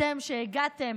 אתם, שהגעתם